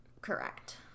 Correct